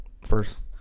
First